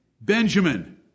Benjamin